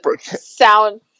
sound